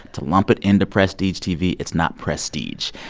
to lump it into prestige tv. it's not prestige.